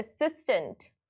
assistant